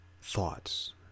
thoughts